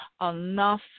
enough